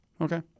Okay